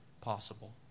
possible